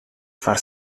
far